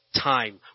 time